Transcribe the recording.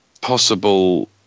possible